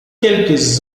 quelques